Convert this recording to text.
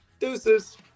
Deuces